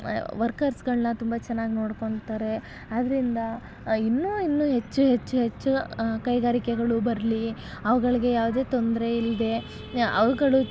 ವರ್ಕರ್ಸುಗಳನ್ನು ತುಂಬ ಚೆನ್ನಾಗಿ ನೋಡ್ಕೊತಾರೆ ಆದ್ದರಿಂದ ಇನ್ನು ಇನ್ನೂ ಹೆಚ್ಚು ಹೆಚ್ಚು ಹೆಚ್ಚು ಕೈಗಾರಿಕೆಗಳು ಬರಲಿ ಅವುಗಳ್ಗೆ ಯಾವುದೇ ತೊಂದರೆ ಇಲ್ಲದೆ ಅವುಗಳು